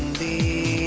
the